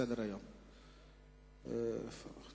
ההצעה